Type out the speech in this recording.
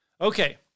Okay